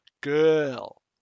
girl